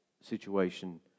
situation